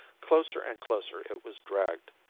closer and closer it was dragged.